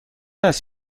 است